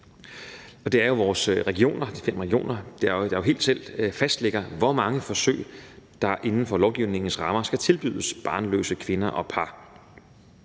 og det er jo vores regioner, de fem regioner, der helt selv fastlægger, hvor mange forsøg der inden for lovgivningens rammer skal tilbydes barnløse kvinder og par,